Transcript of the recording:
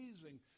amazing